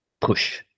push